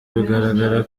bigaragara